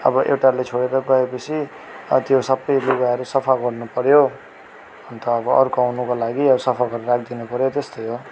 अबो एउटाले छोडेर गएपछि अब त्यो सबै लुगाहरू सफा गर्नु पऱ्यो अन्त अब अर्को आउनुको लागि सफा गरेर राखिदिनु पऱ्यो त्यस्तै हो